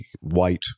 white